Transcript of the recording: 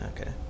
okay